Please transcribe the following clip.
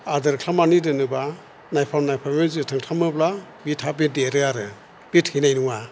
आदोर खालामनानै दोनोब्ला नायफा नायफा बै जोथोन खालामोब्ला बि थाबै देरो आरो बि थैनाय नङा